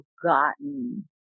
forgotten